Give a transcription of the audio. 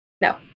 No